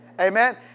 Amen